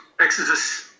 Exodus